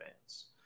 fans